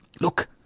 look